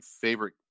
favorite